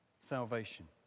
salvation